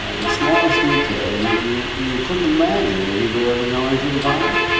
the smallest detail you you you couldn't imagine that he would ever know anything about it.